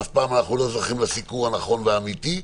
אף פעם אנחנו לא זוכים לסיקור הנכון והאמיתי,